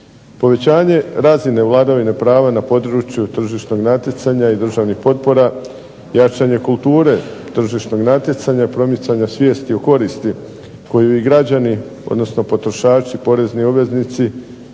Povećanje razine vladavine prava na području tržišnog natjecanja i državnih potpora, jačanje kulture tržišnog natjecanja, promicanja svijesti o koristi koju i građani, potrošači, porezni obveznici